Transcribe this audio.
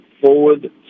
forward